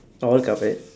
all covered